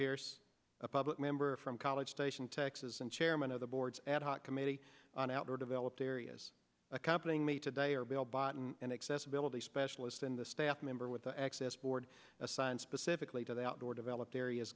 pearce a public member from college station texas and chairman of the board ad hoc committee on outdoor developed areas accompanying me today are bill bought and accessibility specialist and the staff member with the access board assigned specifically to the outdoor developed areas